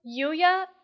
Yuya